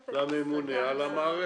הוא יכול לעשות השגה לממונה על המערכת,